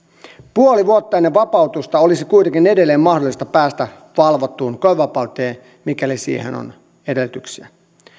puoli vuotta ennen vapautusta olisi kuitenkin edelleen mahdollista päästä valvottuun koevapauteen mikäli siihen on edellytyksiä